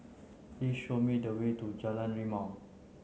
please show me the way to Jalan Rimau